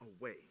away